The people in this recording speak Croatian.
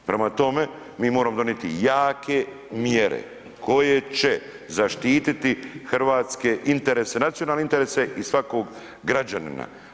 Prema tome, mi moramo donijeti jake mjere koje će zaštiti hrvatske interese, nacionalne interese i svakog građanina.